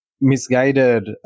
misguided